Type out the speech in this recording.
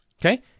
Okay